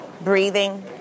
breathing